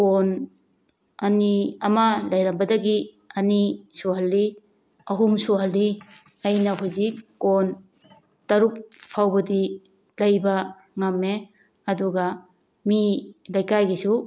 ꯀꯣꯟ ꯑꯅꯤ ꯑꯃ ꯂꯩꯔꯝꯕꯗꯒꯤ ꯑꯅꯤ ꯁꯨꯍꯜꯂꯤ ꯑꯍꯨꯝ ꯁꯨꯍꯜꯂꯤ ꯑꯩꯅ ꯍꯧꯖꯤꯛ ꯀꯣꯟ ꯇꯔꯨꯛ ꯐꯥꯎꯕꯗꯤ ꯂꯩꯕ ꯉꯝꯃꯦ ꯑꯗꯨꯒ ꯃꯤ ꯂꯩꯀꯥꯏꯒꯤꯁꯨ